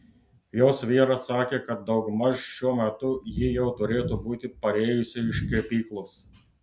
jos vyras sakė kad daugmaž šiuo metu ji jau turėtų būti parėjusi iš kirpyklos